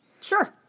Sure